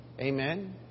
Amen